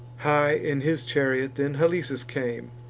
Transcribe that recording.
high in his chariot then halesus came,